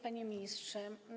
Panie Ministrze!